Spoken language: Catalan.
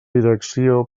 direcció